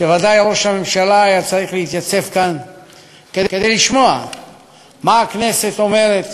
שוודאי ראש הממשלה היה צריך להתייצב כאן כדי לשמוע מה הכנסת אומרת